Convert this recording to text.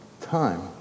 time